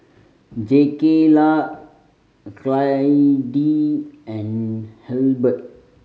Jakayla Clydie and Halbert